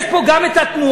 יש פה גם התנועה,